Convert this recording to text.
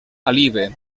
alive